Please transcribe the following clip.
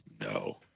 no